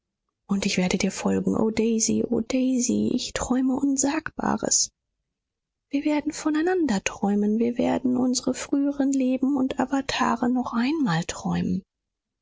und ich werde dir folgen o daisy o daisy ich träume unsagbares wir werden voneinander träumen wir werden unsere früheren leben und awatare noch einmal träumen